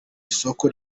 isoko